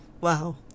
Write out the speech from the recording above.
Wow